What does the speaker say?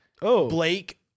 Blake